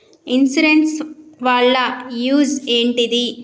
Insurance వాళ్ల use ఏంటిది?